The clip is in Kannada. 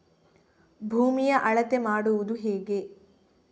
ಭೂಮಿಯ ಅಳತೆ ಮಾಡುವುದು ಹೇಗೆ?